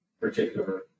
particular